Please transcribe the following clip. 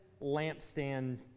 lampstand